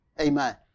Amen